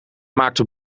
maakte